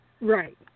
right